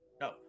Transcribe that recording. no